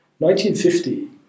1950